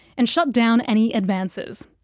and shut down any advances.